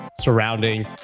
surrounding